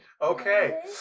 Okay